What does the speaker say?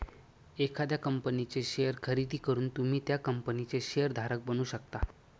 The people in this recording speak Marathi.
एखाद्या कंपनीचे शेअर खरेदी करून तुम्ही त्या कंपनीचे शेअर धारक बनू शकता